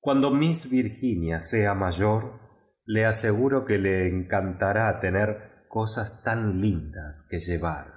cuando miss virginia sen mayor le aseguro que le encantará tener cosas tan lindas que llevar